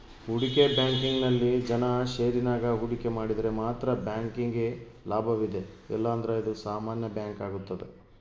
ಹೂಡಿಕೆ ಬ್ಯಾಂಕಿಂಗ್ನಲ್ಲಿ ಜನ ಷೇರಿನಾಗ ಹೂಡಿಕೆ ಮಾಡಿದರೆ ಮಾತ್ರ ಬ್ಯಾಂಕಿಗೆ ಲಾಭವಿದೆ ಇಲ್ಲಂದ್ರ ಇದು ಸಾಮಾನ್ಯ ಬ್ಯಾಂಕಾಗುತ್ತದೆ